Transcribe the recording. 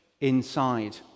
inside